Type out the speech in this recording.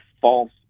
false